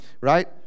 right